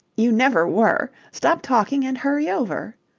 you never were. stop talking and hurry over.